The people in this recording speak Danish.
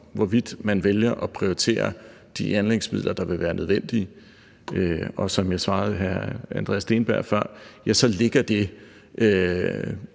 hvorvidt man vælger at prioritere de anlægsmidler, der vil være nødvendige. Og som jeg svarede hr. Andreas Steenberg før, ligger det